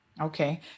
okay